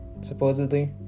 supposedly